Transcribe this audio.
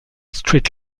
street